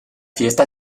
fiesta